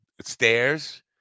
stairs